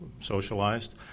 socialized